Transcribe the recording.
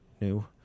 new